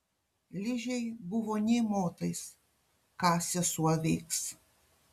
ližei buvo nė motais ką sesuo veiks